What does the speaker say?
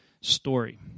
story